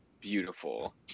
beautiful